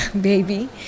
baby